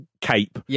cape